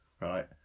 right